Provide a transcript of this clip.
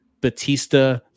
Batista